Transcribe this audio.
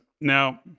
Now